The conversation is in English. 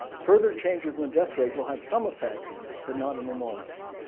further changes in the death rate will have some effect but not an enormous